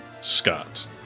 Scott